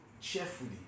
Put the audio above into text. cheerfully